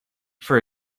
for